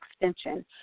extension